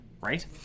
right